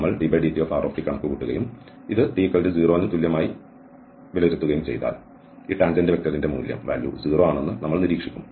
നമ്മൾ drtdt കണക്കുകൂട്ടുകയും ഇത് 0 ന് തുല്യമായി വിലയിരുത്തുകയും ചെയ്താൽ ഈ ടാൻജന്റ് വെക്റ്ററിന്റെ മൂല്യം 0 ആണെന്ന് നമ്മൾ നിരീക്ഷിക്കും